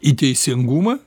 į teisingumą